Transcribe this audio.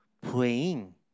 praying